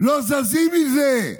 לא זזים מזה.